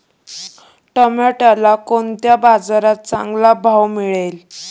टोमॅटोला कोणत्या बाजारात चांगला भाव मिळेल?